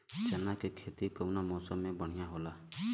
चना के खेती कउना मौसम मे बढ़ियां होला?